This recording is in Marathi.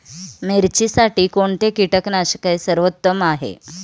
मिरचीसाठी कोणते कीटकनाशके सर्वोत्तम आहे?